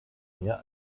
mehr